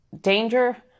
danger